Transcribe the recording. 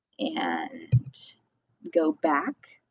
and go back.